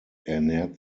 ernährt